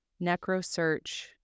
NecroSearch